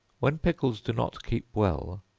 when pickles do not keep well,